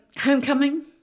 Homecoming